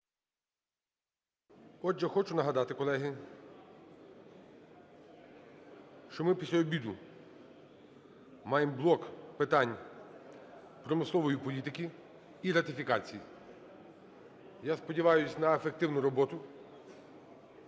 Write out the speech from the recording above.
Отже, хочу нагадати, колеги, що ми після обіду маємо блок питань промислової політики і ратифікацій. Я сподіваюсь на ефективну роботу.